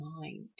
mind